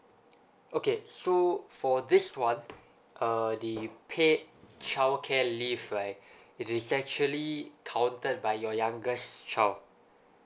okay so for this one uh the paid childcare leave right it is actually counted by your youngest child